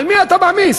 על מי אתה מעמיס?